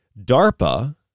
DARPA